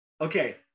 okay